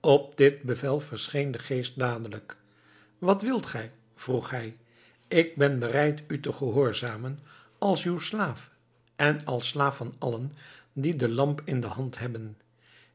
op dit bevel verscheen de geest dadelijk wat wilt gij vroeg hij ik ben bereid u te gehoorzamen als uw slaaf en als slaaf van allen die de lamp in de hand hebben